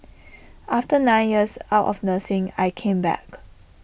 after nine years out of nursing I came back